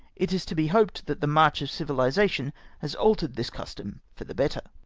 it is to be hoped that the march of civilisation has altered this custom for the better.